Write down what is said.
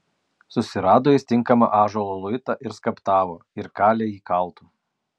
susirado jis tinkamą ąžuolo luitą ir skaptavo ir kalė jį kaltu